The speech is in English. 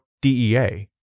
DEA